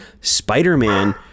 spider-man